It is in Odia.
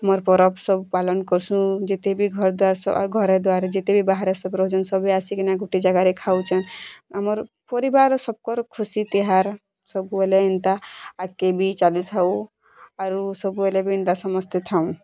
ଆମର୍ ପରବ୍ ସବୁ ପାଲନ୍ କରସୁଁ ଯେତେବି ଘର୍ ଦ୍ଵାର୍ ସବ୍ ଘର ଦ୍ଵାର୍ ଯେତେବି ବାହାରେ ରୋହୁଚନ୍ତି ସବୁ ଆସିକିନା ଗୁଟେ ଜାଗାରେ ଖାଉଛନ୍ ଆମର୍ ପରିବାରର ସବ୍ କର ଖୁସି ତିହାର୍ ସବୁବେଲେ ଏନ୍ତା ଆଗ୍କେ ବି ଚାଲୁଥାଉ ଆରୁ ସବୁବେଲେ ବି ଏନ୍ତା ସମସ୍ତେ ଥାଉଁ